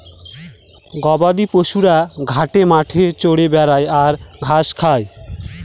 গবাদি পশুরা ঘাটে মাঠে চরে বেড়ায় আর ঘাস খায়